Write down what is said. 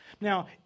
Now